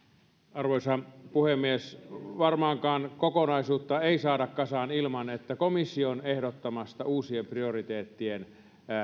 arvoisa puhemies varmaankaan kokonaisuutta ei saada kasaan ilman että komission ehdottamista uusien prioriteettien